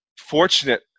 fortunate